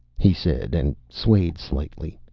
he said, and swayed slightly.